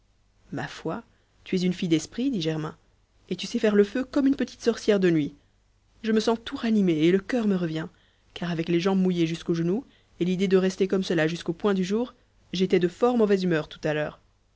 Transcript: ma foi tu es une fille d'esprit dit germain et tu sais faire le feu comme une petite sorcière de nuit je me sens tout ranimé et le cur me revient car avec les jambes mouillées jusqu'aux genoux et l'idée de rester comme cela jusqu'au point du jour j'étais de fort mauvaise humeur tout à l'heure